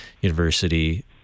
University